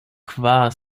kvar